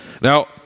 Now